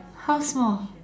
how small